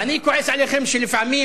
אני כועס עליכם שלפעמים,